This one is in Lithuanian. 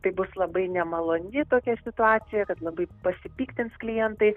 tai bus labai nemaloni tokia situacija kad labai pasipiktins klientai